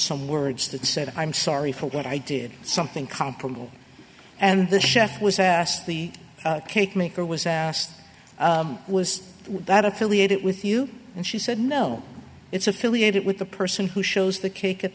some words that said i'm sorry for what i did something comparable and the chef was asked the cake maker was asked was that affiliated with you and she said no it's affiliated with the person who shows the